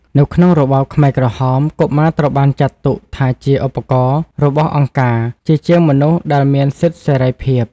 នៅក្នុងរបបខ្មែរក្រហម កុមារត្រូវបានចាត់ទុកថាជា «ឧបករណ៍» របស់អង្គការ ជាជាងមនុស្សដែលមានសិទ្ធិសេរីភាព។